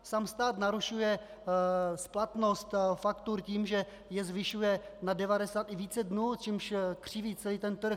Sám stát narušuje splatnost faktur tím, že je zvyšuje na 90 i více dnů, čímž křiví celý trh.